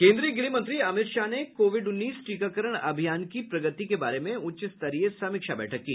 केन्द्रीय गृहमंत्री अमित शाह ने कोविड उन्नीस टीकाकरण अभियान की प्रगति के बारे में उच्चस्तरीय समीक्षा बैठक की